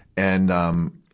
and, um,